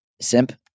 simp